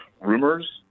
rumors